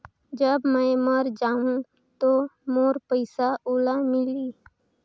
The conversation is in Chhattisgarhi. जब मै मर जाहूं तो मोर पइसा ओला मिली?